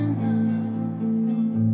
love